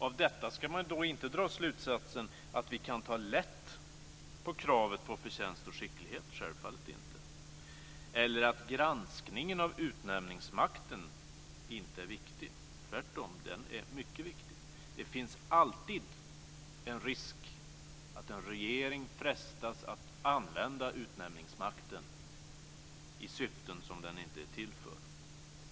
Av detta ska man då inte dra slutsatsen att vi kan ta lätt på kravet på förtjänst och skicklighet - självfallet inte - eller att granskningen av utnämningsmakten inte är viktig. Den är tvärtom mycket viktig. Det finns alltid en risk att en regering frestas att använda utnämningsmakten i syften som den inte är till för.